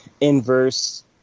Inverse